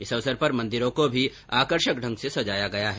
इस अवसर पर मन्दिरों को भी आकर्षक ढंग से सजाया गया है